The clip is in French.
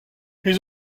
ils